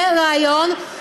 זה רעיון.